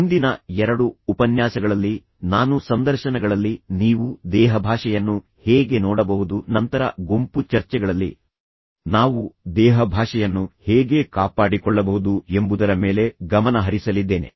ಮುಂದಿನ ಎರಡು ಉಪನ್ಯಾಸಗಳಲ್ಲಿ ನಾನು ಸಂದರ್ಶನಗಳಲ್ಲಿ ನೀವು ದೇಹಭಾಷೆಯನ್ನು ಹೇಗೆ ನೋಡಬಹುದು ನಂತರ ಗುಂಪು ಚರ್ಚೆಗಳಲ್ಲಿ ನಾವು ದೇಹಭಾಷೆಯನ್ನು ಹೇಗೆ ಕಾಪಾಡಿಕೊಳ್ಳಬಹುದು ಎಂಬುದರ ಮೇಲೆ ಗಮನ ಹರಿಸಲಿದ್ದೇನೆ